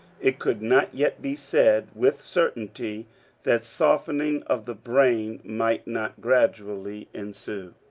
it could not yet be said with certainty that softening of the brain might not gradually ensue.